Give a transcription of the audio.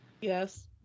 Yes